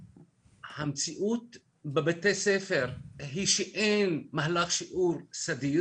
המציאות בבתי הספר היא שאין מהלך שהוא סדיר,